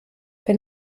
wenn